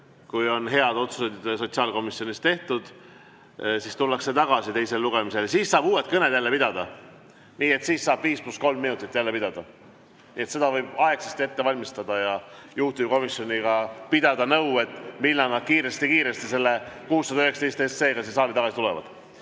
Kui on head otsused sotsiaalkomisjonis tehtud, siis tullakse tagasi teisele lugemisele ja siis saab uued kõned jälle pidada. Nii et siis saab 5 + 3 minutit jälle kõnet pidada. Seda võib juba aegsasti ette valmistada ja pidada juhtivkomisjoniga nõu, millal nad kiiresti-kiiresti selle 619 SE‑ga siia saali tagasi tulevad. Erki